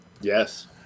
Yes